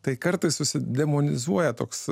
tai kartais susidemonizuoja toks